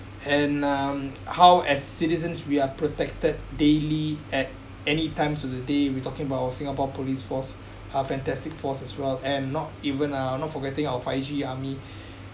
and um how as citizens we are protected daily at any times of the day we talking about our singapore police force are fantastic force as well and not even uh not forgetting our five G army